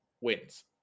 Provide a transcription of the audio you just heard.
wins